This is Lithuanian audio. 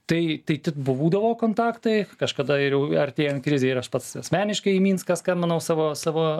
tai tai tik būdavo kontaktai kažkada ir jau artėjant krizei ir aš pats asmeniškai į minską skambinau savo savo